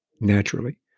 naturally